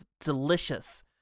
delicious